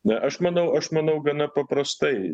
na aš manau aš manau gana paprastai